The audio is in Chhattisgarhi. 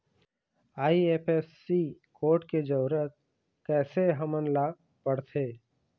आई.एफ.एस.सी कोड के जरूरत कैसे हमन ला पड़थे?